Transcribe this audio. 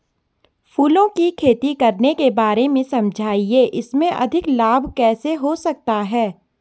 फूलों की खेती करने के बारे में समझाइये इसमें अधिक लाभ कैसे हो सकता है?